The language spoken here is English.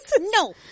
No